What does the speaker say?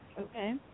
okay